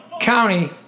County